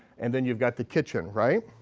and then you've got the kitchen, right.